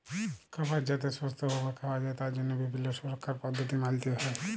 খাবার যাতে সুস্থ ভাবে খাওয়া যায় তার জন্হে বিভিল্য সুরক্ষার পদ্ধতি মালতে হ্যয়